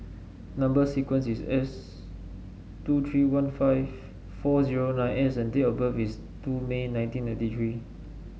number sequence is S two three one five four zero nine S and date of birth is two May nineteen ninety three